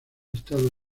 estados